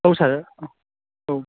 औ सार औ